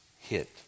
hit